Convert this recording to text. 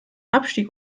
abstieg